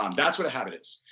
um that's what a habit is.